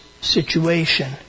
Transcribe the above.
situation